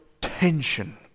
tension